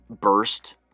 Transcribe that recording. burst